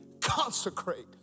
consecrate